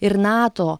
ir nato